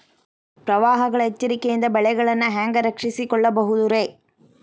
ಪ್ರವಾಹಗಳ ಎಚ್ಚರಿಕೆಯಿಂದ ಬೆಳೆಗಳನ್ನ ಹ್ಯಾಂಗ ರಕ್ಷಿಸಿಕೊಳ್ಳಬಹುದುರೇ?